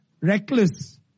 reckless